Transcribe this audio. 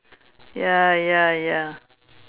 ya ya ya